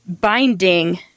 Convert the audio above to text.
binding